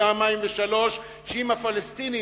פעמיים ושלוש פעמים שאם הפלסטינים,